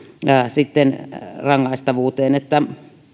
rangaistavuuteen että